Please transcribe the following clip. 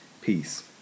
Peace